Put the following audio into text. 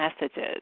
messages